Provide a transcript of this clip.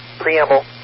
preamble